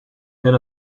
and